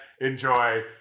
enjoy